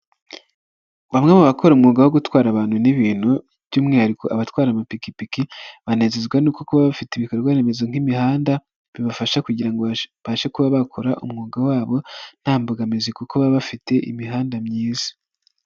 Bamwe mu bakora umwuga wo gutwara abantu n'ibintu, by'umwihariko abatwara amapikipiki banezezwa no kuba bafite ibikorwaremezo nk'imihanda, bibafasha kugira ngo babashe kuba bakora umwuga wabo nta mbogamizi, kuko baba bafite imihanda myiza.